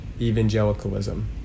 evangelicalism